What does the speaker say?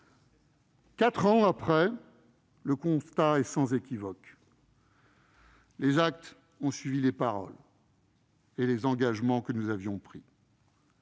Quatre ans après, le constat est sans équivoque : les actes ont suivi les paroles et les engagements que nous avions pris.